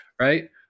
right